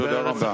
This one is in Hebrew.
תודה רבה.